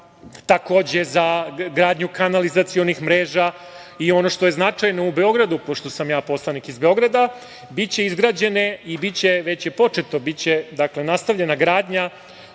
takođe za gradnju kanalizacionih mreža. Ono što je značajno u Beogradu, pošto sam ja poslanik iz Beograda, biće izgrađene, već je početo, biće nastavljena gradnja